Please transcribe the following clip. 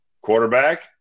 quarterback